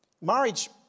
Marriage